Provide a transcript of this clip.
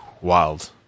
wild